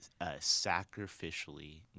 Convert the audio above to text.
sacrificially